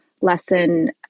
lesson